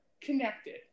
connected